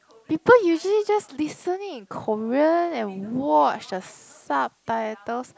people usually just listening in Korean and watch the subtitles